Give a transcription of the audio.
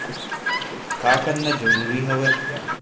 का करना जरूरी हवय?